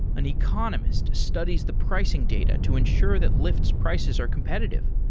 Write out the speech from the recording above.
an economist studies the pricing data to ensure that lyft's prices are competitive.